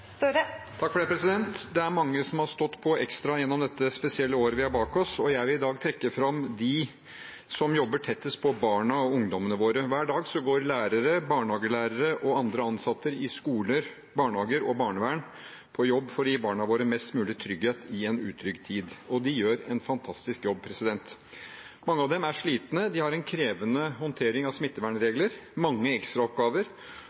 Det er mange som har stått på ekstra gjennom dette spesielle året vi har bak oss, og jeg vil i dag trekke fram dem som jobber tettest på barna og ungdommene våre. Hver dag går lærere, barnehagelærere og andre ansatte i skoler, barnehager og barnevern på jobb for å gi barna våre mest mulig trygghet i en utrygg tid, og de gjør en fantastisk jobb. Mange av dem er slitne. De har en krevende håndtering av